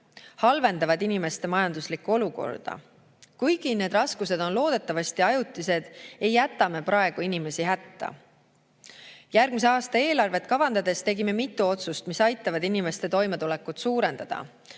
halvendavad inimeste majanduslikku olukorda. Kuigi need raskused on loodetavasti ajutised, ei jäta me praegu inimesi hätta. Järgmise aasta eelarvet kavandades tegime mitu otsust, mis aitavad inimeste toimetulekut parandada.